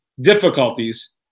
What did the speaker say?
difficulties